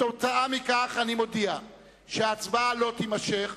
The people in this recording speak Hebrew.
כתוצאה מכך אני מודיע שההצבעה לא תימשך.